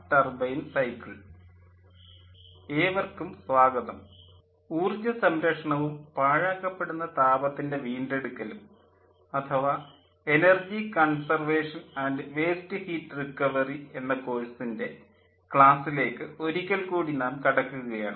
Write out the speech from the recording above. ഏവർക്കും സ്വാഗതം ഊർജ്ജ സംരക്ഷണവും പാഴാക്കപ്പെടുന്ന താപത്തിൻ്റെ വീണ്ടെടുക്കലും അഥവാ energy conservation and waste heat recovery എന്ന കോഴ്സിൻ്റെ ക്ലാസ്സിലേക്ക് ഒരിക്കൽ കൂടി നാം കടക്കുകയാണ്